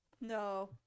No